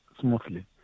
smoothly